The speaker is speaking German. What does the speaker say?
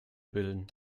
bilden